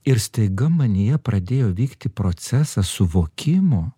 ir staiga manyje pradėjo vykti procesas suvokimo